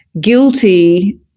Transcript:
guilty